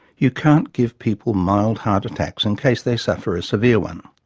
you can't give people mild heart attacks in case they suffer a severe one.